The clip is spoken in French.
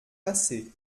pacé